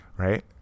Right